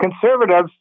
Conservatives